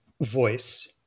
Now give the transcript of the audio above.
voice